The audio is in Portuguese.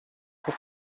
por